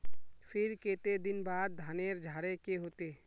फिर केते दिन बाद धानेर झाड़े के होते?